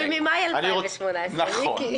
זה פיצוי ממאי 2018. נכון,